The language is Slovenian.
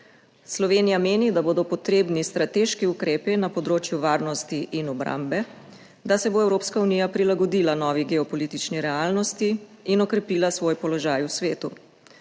Slovenija meni, da bodo potrebni strateški ukrepi na področju varnosti in obrambe, da se bo Evropska unija prilagodila novi geopolitični realnosti in okrepila svoj položaj v svetu.